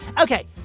Okay